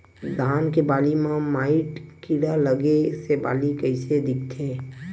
धान के बालि म माईट कीड़ा लगे से बालि कइसे दिखथे?